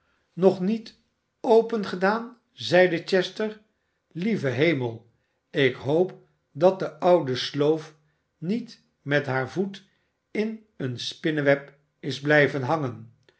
snog niet opengedaan zeide chester lieve hemel ik hoop dat de oude sloof niet met haar voet in eene spinneweb is blijven hangen